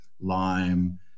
lime